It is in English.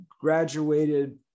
graduated